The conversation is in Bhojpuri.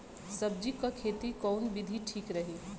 सब्जी क खेती कऊन विधि ठीक रही?